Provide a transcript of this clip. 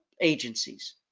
agencies